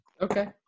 Okay